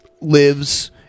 lives